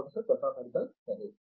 professor Pratap Haridas సరే